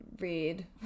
Read